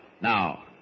Now